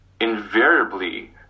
invariably